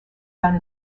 done